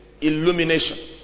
Illumination